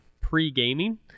pre-gaming